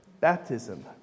baptism